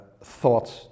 thoughts